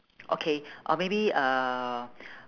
okay or maybe uh